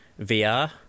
VR